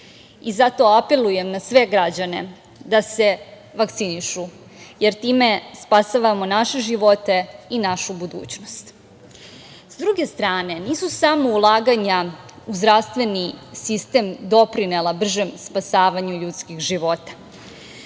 Zato apelujem na sve građane da se vakcinišu, jer time spašavamo naše živote i našu budućnost.S druge strane, nisu samo ulaganja u zdravstveni sistem doprinela bržem spasavanju ljudskih života.